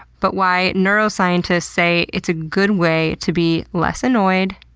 but why neuroscientists say it's a good way to be less annoyed,